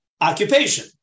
occupation